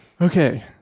Okay